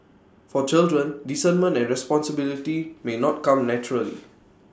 for children discernment and responsibility may not come naturally